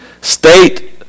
state